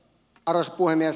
arvoisa puhemies